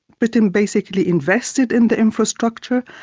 britain basically invested in the infrastructure,